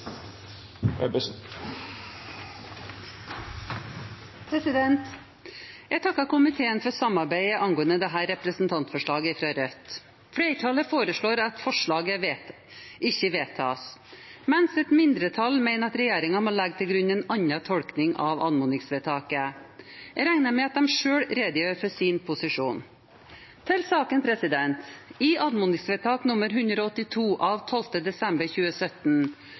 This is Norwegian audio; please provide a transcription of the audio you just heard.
minutt. Jeg takker komiteen for samarbeidet angående dette representantforslaget fra Rødt. Flertallet foreslår at forslaget ikke vedtas, mens et mindretall mener at regjeringen må legge til grunn en annen tolkning av anmodningsvedtaket. Jeg regner med at de selv redegjør for sin posisjon. Til saken: I anmodningsvedtak nr. 182 av 12. desember 2017